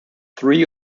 three